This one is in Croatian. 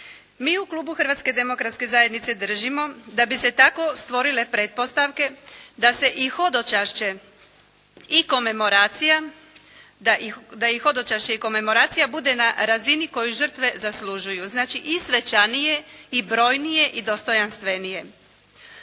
Mi u Klubu Hrvatske demokratske zajednice držimo da bi se tako stvorile pretpostavke da se i hodočašće i komemoracija, da i hodočašće i komemoracija bude na razini koju žrtve zaslužuju. Znači, i svečanije i brojnije i dostojanstvenije.